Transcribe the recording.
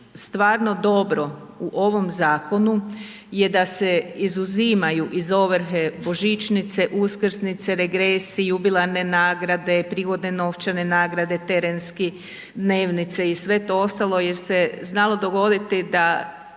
stvarno dobro u ovom zakonu je da se izuzimaju iz ovrhe božićnice, uskrsnice, regresi, jubilarne nagrade, prigodne novčane nagrade, terenske dnevnice i sve ostalo jel se znalo dogoditi da